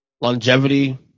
Longevity